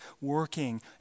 working